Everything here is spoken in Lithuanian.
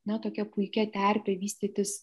na tokia puikia terpe vystytis